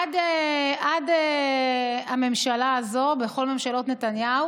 עד הממשלה הזאת, בכל ממשלות נתניהו